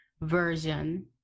version